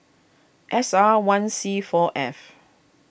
S R one C four F